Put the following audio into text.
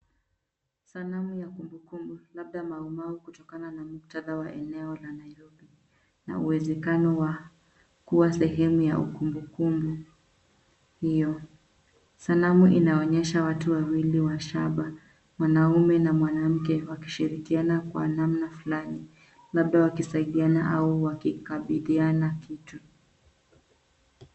Sanamu ya kumbukumbu labda Maumau kutokana na muktadha wa eneo la Nairobi na uwezakano wa kuwa sehemu ya ukumbukumbu hio. Sanamu inaonyesha watu wawili wa shaba, mwanaume na mwanamke wakishirikiana kwa namna flani labda wakisaidiana au wakikabidhana kitu.